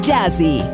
Jazzy